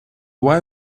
why